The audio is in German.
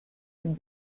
dem